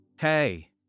Hey